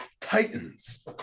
Titans